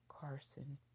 Carson